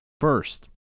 First